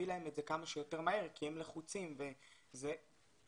להם את זה כמה שיותר מהר כי הם לחוצים וזו המערכת,